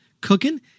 cooking